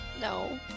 No